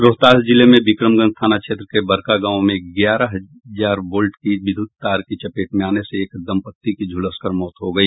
रोहतास जिले में विक्रमगंज थाना क्षेत्र के बड़कागांव में ग्यारह हजार वोल्ट की विद्युत तार की चपेट में आने से एक दंपत्ति की झुलसकर मौत हो गई